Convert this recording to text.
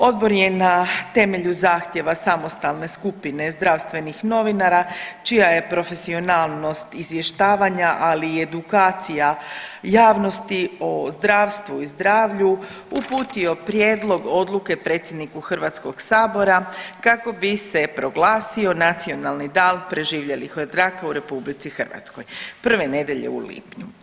Odbor je na temelju zahtjeva samostalne skupine zdravstvenih novinara čija je profesionalnost izvještavanja, ali i edukacija javnosti o zdravstvu i zdravlju uputio prijedlog odluke predsjedniku HS kako bi se proglasio Nacionalni dan preživjelih od raka u RH prve nedjelje u lipnju.